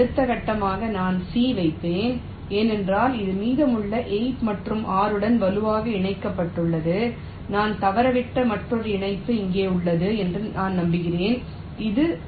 அடுத்த கட்டமாக நான் C வைப்பேன் ஏனென்றால் இது மீதமுள்ள 8 மற்றும் 6 உடன் வலுவாக இணைக்கப்பட்டுள்ளது நான் தவறவிட்ட மற்றொரு இணைப்பு இங்கே உள்ளது என்று நான் நம்புகிறேன் இது 3